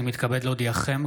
אני מתכבד להודיעכם,